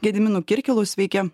gediminu kirkilu sveiki